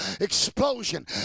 explosion